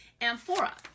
amphora